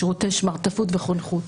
שירותי שמרטפות וחונכות.